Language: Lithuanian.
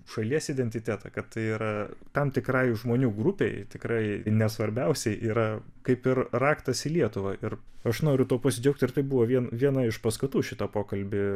šalies identitetą kad tai yra tam tikra žmonių grupei tikrai ne svarbiausia yra kaip ir raktas į lietuvą ir aš noriu tuo pasidžiaugti ir tai buvo vien viena iš paskatų šitą pokalbį